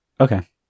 Okay